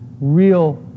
real